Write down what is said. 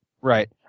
Right